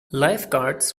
lifeguards